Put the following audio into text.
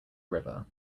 river